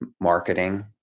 marketing